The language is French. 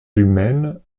humaines